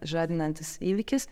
žadinantis įvykis